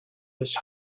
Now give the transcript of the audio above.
this